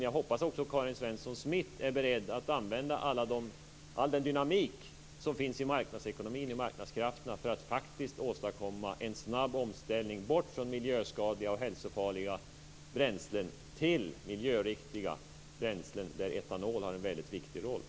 Jag hoppas att också Karin Svensson Smith är beredd att använda all den dynamik som finns i marknadsekonomin och i marknadskrafterna för att åstadkomma en snabb omställning bort från miljöskadliga och hälsofarliga bränslen till miljöriktiga bränslen, där etanol har en väldigt viktig roll.